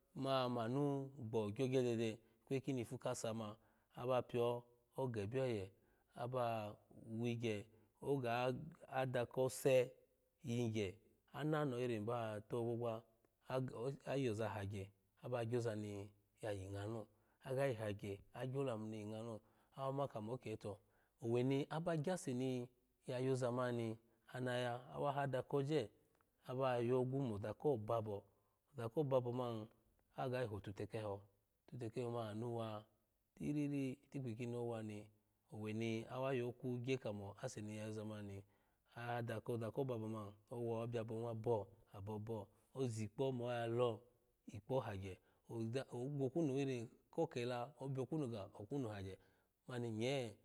Ma manu gbo ogyogye dede ikweyi kini ifu kasa ma aba pio ogebye oye aba kose yingye ananoho irin ba togbogba ag oyoza hagye aba gyozani yayi nga nilo aga agyo lamu ni yayi nga ni lo awa ma kamo ok to oweni aba ygaseni ya yozaman ni ana ya awa hada koje aba yogu kamo oza kobabo oza ko babo man agri yi hotute keho tute keho man anu wa tiriri itikpi kini owani owei awa yoku gye kamo aseni ya yozamani ni ahada koza ko babo mani owa obyabo hun wa bo abo bo ozikpo mo alo ikpo hagye oza ogwo kkunu irin kokela obio kunu ga okunu hagye mani nye.